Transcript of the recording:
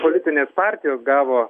politinės partijos gavo